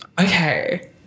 okay